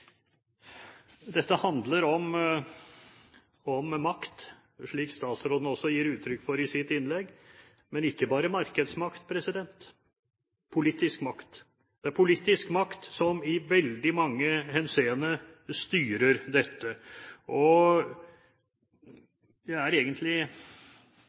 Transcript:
Dette handler om makt, slik statsråden også gir uttrykk for i sitt innlegg – ikke bare markedsmakt, men politisk makt. Det er politisk makt som i veldig mange henseender styrer dette.